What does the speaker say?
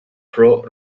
pro